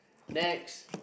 next